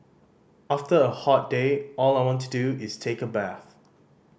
after a hot day all I want to do is take a bath